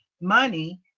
money